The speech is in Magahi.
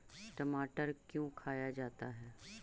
टमाटर क्यों खाया जाता है?